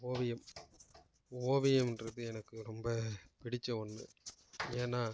ஓவியம் ஓவியம் என்கிறது எனக்கு ரொம்ப பிடித்த ஒன்று ஏன்னா